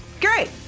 Great